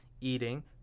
eating